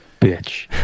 bitch